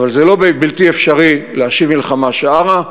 אבל זה לא בלתי אפשרי להשיב מלחמה שערה,